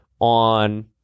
on